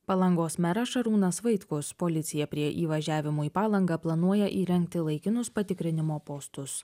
palangos meras šarūnas vaitkus policija prie įvažiavimo į palangą planuoja įrengti laikinus patikrinimo postus